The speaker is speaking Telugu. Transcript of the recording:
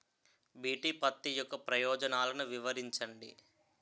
బి.టి పత్తి యొక్క ప్రయోజనాలను వివరించండి?